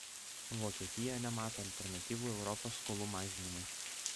vokietija nemato alternatyvų europos skolų mažinimui